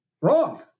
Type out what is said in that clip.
wrong